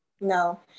No